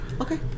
Okay